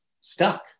stuck